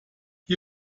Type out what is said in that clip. die